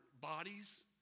bodies